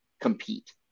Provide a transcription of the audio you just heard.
compete